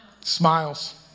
Smiles